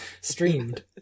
Streamed